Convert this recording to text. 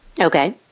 Okay